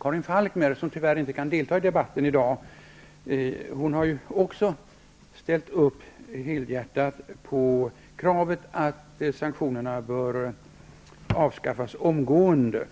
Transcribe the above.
Karin Falkmer, som tyvärr inte kan delta i debatten i dag, helhjärtat har ställt upp på kravet att sanktionerna bör avskaffas omgående.